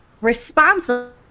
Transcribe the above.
responsible